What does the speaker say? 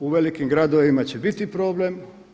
U velikim gradovima će biti problem.